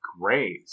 great